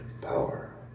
power